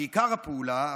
בעיקר הפעולה,